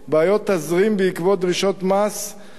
בעיות תזרים בעקבות דרישות מס,